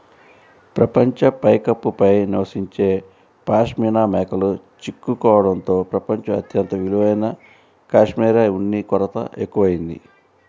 ప్రపంచ పైకప్పు పై నివసించే పాష్మినా మేకలు చిక్కుకోవడంతో ప్రపంచం అత్యంత విలువైన కష్మెరె ఉన్ని కొరత ఎక్కువయింది